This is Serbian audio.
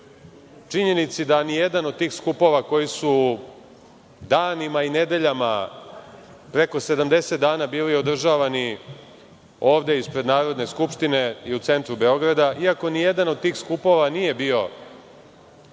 činjenici da ni jedan od tih skupova koji su danima i nedeljama, preko 70 dana, bili održavani ovde ispred Narodne skupštine i u centru Beograda, iako ni jedan od tih skupova nije bio